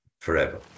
forever